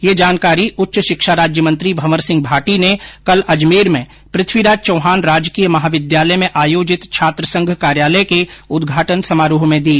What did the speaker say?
ये जानकारी उच्च शिक्षा राज्यमंत्री भंवर सिंह भाटी ने कल अजमेर में पथ्वीराज चौहान राजकीय महाविद्यालय में आयोजित छात्रसंघ कार्यालय के उदघाटन समारोह में दी